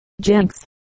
Jenks